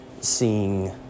seeing